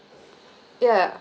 yeah